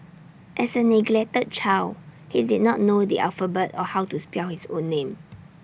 as A neglected child he did not know the alphabet or how to spell his own name